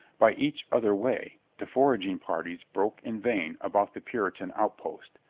by each other way the foraging parties broke in vain about the puri tan outposts.